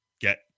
get